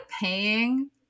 paying